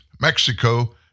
Mexico